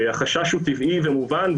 החשש הוא טבעי ומובן,